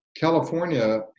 California